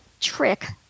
trick